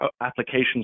applications